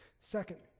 Second